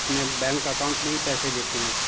अपने bank account में ही पैसे देते हैं